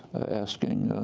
asking,